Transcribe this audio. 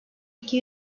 iki